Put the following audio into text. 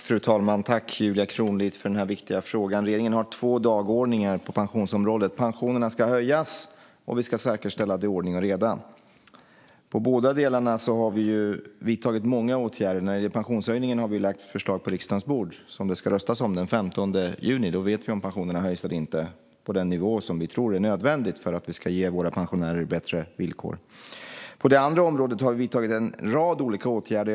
Fru talman! Jag tackar Julia Kronlid för den viktiga frågan. Regeringen har två dagordningar på pensionsområdet. Pensionerna ska höjas, och vi ska säkerställa att det är ordning och reda. På båda delarna har många åtgärder vidtagits. När det gäller pensionshöjningen finns ett förslag på riksdagens bord som det ska röstas om den 15 juni. Då vet vi om pensionerna höjs eller inte till den nivå som vi tror är nödvändig för att vi ska ge våra pensionärer bättre villkor. På det andra området har vi vidtagit en rad olika åtgärder.